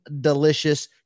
delicious